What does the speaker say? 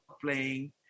playing